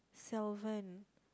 solvent